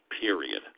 period